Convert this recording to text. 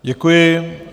Děkuji.